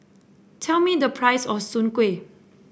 tell me the price of Soon Kueh